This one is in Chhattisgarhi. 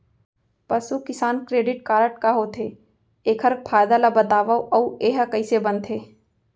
पसु किसान क्रेडिट कारड का होथे, एखर फायदा ला बतावव अऊ एहा कइसे बनथे?